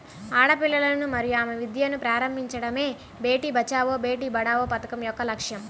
ఆడపిల్లలను మరియు ఆమె విద్యను ప్రారంభించడమే బేటీ బచావో బేటి పడావో పథకం యొక్క లక్ష్యం